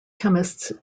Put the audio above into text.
chemists